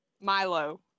milo